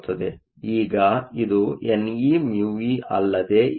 ಈಗ ಇದು neμe ಅಲ್ಲದೇ ಏನೂ ಅಲ್ಲ